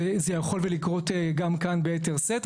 וזה יכול לקרות גם כאן ביתר שאת.